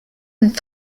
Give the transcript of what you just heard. and